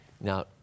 Now